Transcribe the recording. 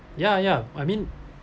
ya ya I mean